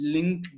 Link